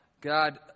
God